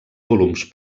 volums